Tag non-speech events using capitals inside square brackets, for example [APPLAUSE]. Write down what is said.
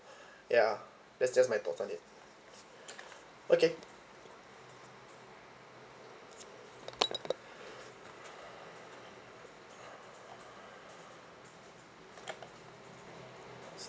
[BREATH] ya that's just my thoughts on it okay